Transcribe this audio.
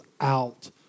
out